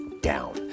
down